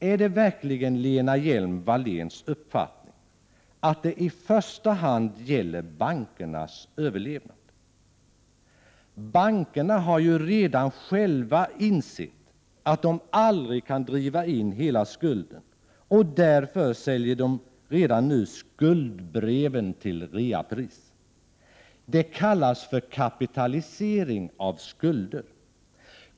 Är det verkligen Lena Hjelm-Walléns uppfattning att det i första hand gäller bankernas överlevnad? Bankerna har redan själva insett att de aldrig kan driva in hela skulden, och därför säljer de redan nu skuldebreven till reapris. Detta kallas för kapitalisering av skulder.